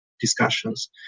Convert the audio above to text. discussions